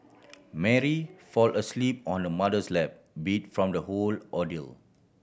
Mary fall asleep on her mother's lap beat from the whole ordeal